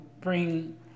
bring